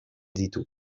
ditu